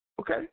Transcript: Okay